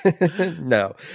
No